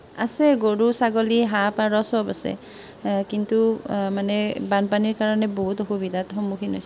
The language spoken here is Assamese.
আছে গৰু ছাগলী হাঁহ পাৰ চব আছে কিন্তু মানে বানপানীৰ কাৰণে বহুত অসুবিধাত সন্মুখীন হৈছে